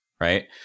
Right